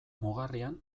mugarrian